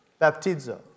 baptizo